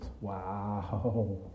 Wow